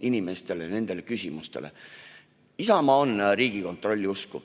inimeste küsimustele. Isamaa on Riigikontrolli usku.